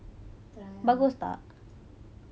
try oh